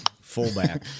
Fullback